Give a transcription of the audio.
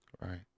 Right